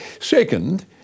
Second